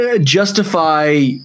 justify